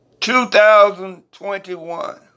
2021